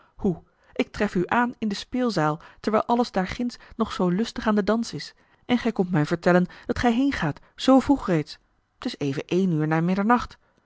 hoe ik tref u aan in de speelzaal terwijl alles daarginds nog zoo lustig aan den dans is en gij komt mij vertellen dat gij heengaat zoo vroeg reeds t is even één uur na middernachi